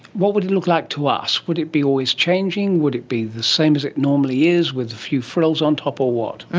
what would it look like to us? would it be always changing, would it be the same as it normally is with a few frills on top, or what?